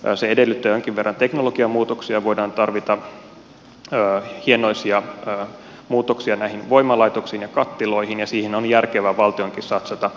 se edellyttää jonkin verran teknologiamuutoksia voidaan tarvita hienoisia muutoksia näihin voimalaitoksiin ja kattiloihin ja siihen on järkevä valtionkin satsata